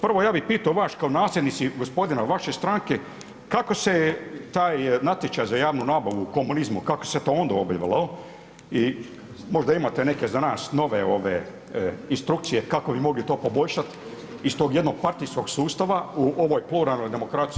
Prvo ja bi pitao vas kao nasljednici gospodina vaše stranke, kako se taj natječaj za javnu nabavu u komunizmu kako se to onda bivalo i možda imate neke za nas nove ove instrukcije kako bi mogli to poboljšati iz tog jednog partijskog sustava u ovoj pluralnoj demokraciji.